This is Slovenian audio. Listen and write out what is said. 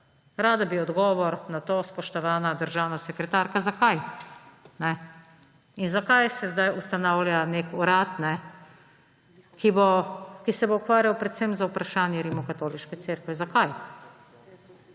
Rada bi odgovor na to, spoštovana državna sekretarka, zakaj. In zakaj se zdaj ustanavlja nek urad, ki se bo ukvarjal predvsem z vprašanji Rimokatoliške cerkve, zakaj?